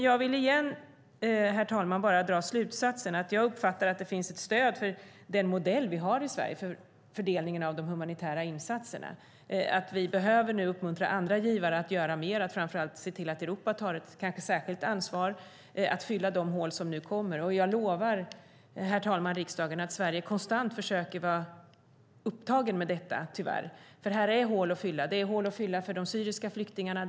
Jag vill igen, herr talman, bara dra slutsatsen att jag uppfattar att det finns ett stöd för den modell som vi har i Sverige för fördelning av de humanitära insatserna. Vi behöver nu uppmuntra andra givare att göra mer och framför allt se till att Europa tar ett särskilt ansvar för att fylla de hål som nu kommer. Jag lovar riksdagen, herr talman, att Sverige konstant tyvärr försöker vara upptagen med detta, för här finns det hål att fylla. Det är hål att fylla för de syriska flyktingarna.